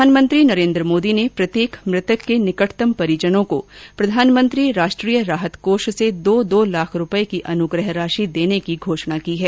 प्रधानमंत्री नरेन्द्र मोदी ने प्रत्येक मृतक के निकटतम परिजनो को प्रधानमंत्री राष्ट्रीय राहत कोष से दो दो लाख रुपये की अनुग्रह राशि देने की घोषणा की है